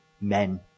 men